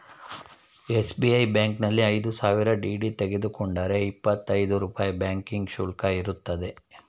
SBI ಬ್ಯಾಂಕಿನಲ್ಲಿ ಐದು ಸಾವಿರ ಡಿ.ಡಿ ತೆಗೆದುಕೊಂಡರೆ ಇಪ್ಪತ್ತಾ ಐದು ರೂಪಾಯಿ ಬ್ಯಾಂಕಿಂಗ್ ಶುಲ್ಕ ಇರುತ್ತದೆ